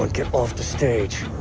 and get off the stage!